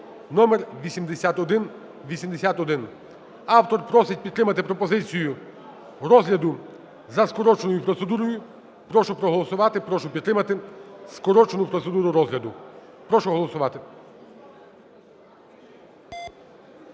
(номер 8181). Автор просить підтримати пропозицію розгляду за скороченою процедурою. Прошу проголосувати, прошу підтримати скорочену процедуру розгляду. Прошу голосувати.